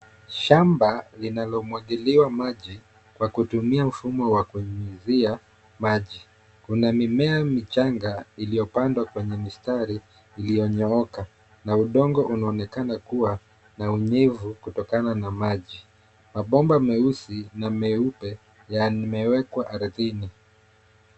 Shamba linalomwagiliwa maji kwa kutumia mfumo wa kunyinyizia maji. Kuna mimea michanga inayopandwa kwenye mistari, ilionyooka, na udongo unaonekana kuwa na unyevu kutokana na maji. Mabomba meusi, na meupe yamewekwa ardhini.